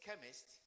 chemist